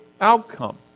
outcome